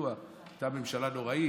כידוע היא הייתה ממשלה נוראית,